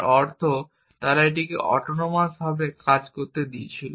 যার অর্থ তারা এটিকে অটোনোমাসভাবে কাজ করতে দিয়েছিল